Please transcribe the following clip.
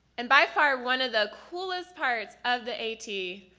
and by far one of the coolest parts of the a t.